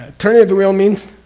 turning of the wheel means?